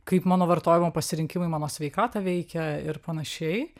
kaip mano vartojimo pasirinkimai mano sveikatą veikia ir panašiai